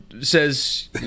says